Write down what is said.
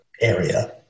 area